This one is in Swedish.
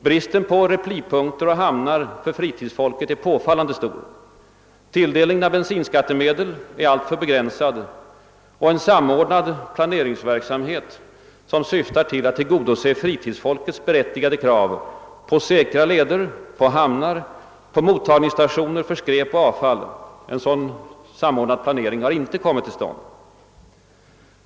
Bristen på replipunkter och hamnar för fritidsfolket är påfallande stor. Tilldelningen av bensinskattmedel är alltför begränsad, och en samordnad planeringsverksamhet, ägnad att tillgodose fritidsfolkets berättigade krav på säkra leder, hamnar och mottagningsstationer för skräp och avfall, har hittills icke kommit till stånd.